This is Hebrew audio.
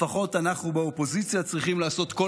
לפחות אנחנו באופוזיציה צריכים לעשות כל